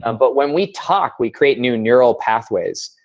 um but, when we talk, we create new neural pathways.